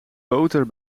boter